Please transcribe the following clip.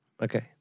Okay